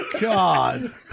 God